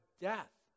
death